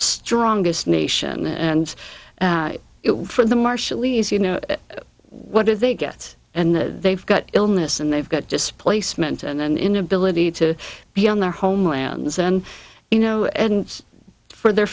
strongest nation and for the marshallese you know what do they get and the they've got illness and they've got displacement and then inability to be on their homelands then you know and for their